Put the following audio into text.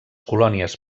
colònies